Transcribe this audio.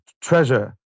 treasure